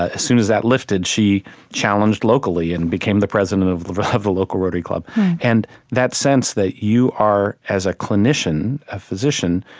ah as soon as that lifted, she challenged locally and became the president of the of the local rotary club and that sense that you are, as a clinician, a physician,